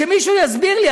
שמישהו יסביר לי,